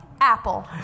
Apple